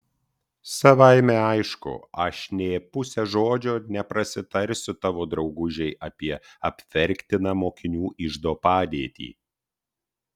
savaime aišku aš nė puse žodžio neprasitarsiu tavo draugužei apie apverktiną mokinių iždo padėtį